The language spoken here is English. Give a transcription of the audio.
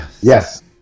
Yes